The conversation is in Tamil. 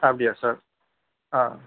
அப்படியா சார் ஆ